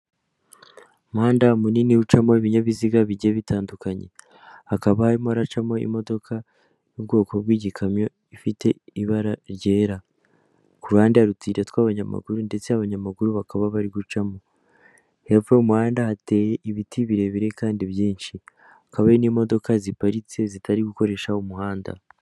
Umuhanda munini ucamo ibinyabiziga bigiye bitandukanye, hakaba harimo aracamo imodoka y'ubwoko bw'igikamyo ifite ibara ryera ku ruhande rutuyura tw'abanyamaguru ndetse abanyamaguru bakaba bari gucamo hepfo y' muhanda hateye ibiti birebire kandi byinshi, hakaba n'imodoka ziparitse zitari gukoresha umuhanda.